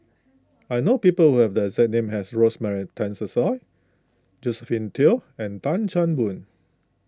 I know people who have the exact name as Rosemary Tessensohn Josephine Teo and Tan Chan Boon